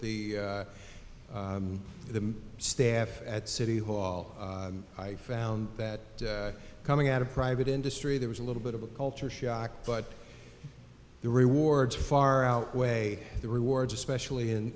the the staff at city hall i found that coming out of private industry there was a little bit of a culture shock but the rewards far outweigh the rewards especially in